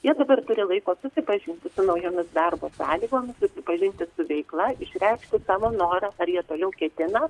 jie dabar turi laiko susipažinti su naujomis darbo sąlygomis susipažinti su veikla išreikšti savo norą ar jie toliau ketina